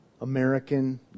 American